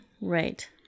right